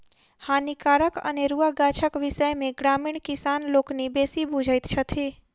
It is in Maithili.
हानिकारक अनेरुआ गाछक विषय मे ग्रामीण किसान लोकनि बेसी बुझैत छथि